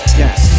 yes